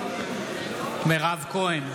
בעד מירב כהן,